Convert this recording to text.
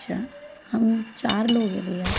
अच्छा हम चार लोग है भैया